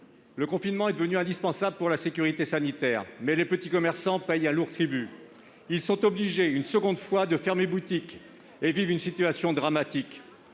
Le confinement est devenu indispensable pour la sécurité sanitaire, mais les petits commerçants payent un lourd tribut. Pour la seconde fois, ils sont obligés de fermer boutique et vivent une situation dramatique.